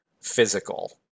physical